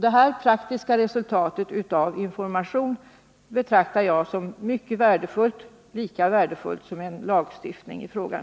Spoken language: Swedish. Det praktiska resultatet av information betraktar jag som mycket värdefullt, lika värdefullt som en lagstiftning i frågan.